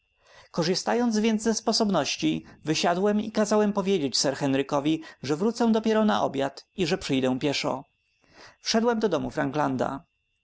korzystając więc ze sposobności wysiadłem i kazałem powiedzieć sir henrykowi że wrócę dopiero na obiad i że przyjdę pieszo wszedłem do domu franklanda